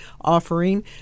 offering